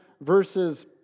verses